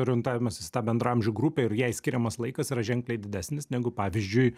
orientavimasis į tą bendraamžių grupę ir jai skiriamas laikas yra ženkliai didesnis negu pavyzdžiui